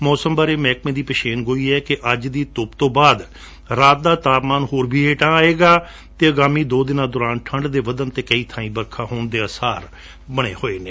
ਮੌਸਮ ਬਾਰੇ ਮਹਿਕਮੇ ਦੀ ਪੇਸ਼ੇਨਗੋਈ ਹੈ ਕਿ ਅੱਜ ਦੀ ਧੁੱਪ ਤੋ ਬਾਅਦ ਰਾਤ ਦਾ ਤਾਪਮਾਨ ਹੋਰ ਹੇਠਾਂ ਆਵੇਗਾ ਅਤੇ ਆਗਾਮੀ ਦੋ ਦਿਨਾਂ ਦੌਰਾਨ ਠੰਡ ਵਧਣ ਅਤੇ ਕਈ ਬਾਈ ਬਰਖਾ ਹੋਣ ਦੇ ਆਸਾਰ ਬਣੇ ਹੋਏ ਨੇ